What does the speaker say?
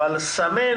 אבל תסמן